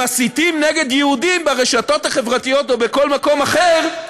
כשמסיתים נגד יהודים ברשתות החברתיות או בכל מקום אחר,